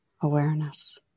awareness